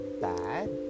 bad